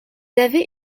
avez